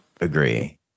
Agree